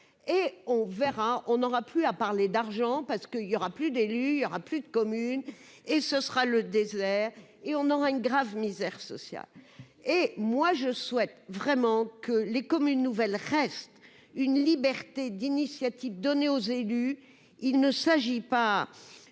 et on verra, on n'aura plus à parler d'argent parce qu'il y aura plus d'élus, il y aura plus de communes et ce sera le désert et on aura une grave misère sociale et moi je souhaite vraiment que les communes nouvelles reste une liberté d'initiative, donner aux élus, il ne s'agit pas